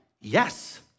Yes